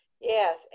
Yes